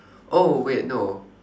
oh wait no